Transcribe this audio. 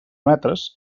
metres